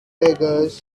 beggars